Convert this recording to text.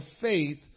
faith